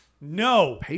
No